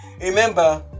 Remember